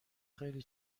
خیلی